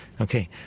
Okay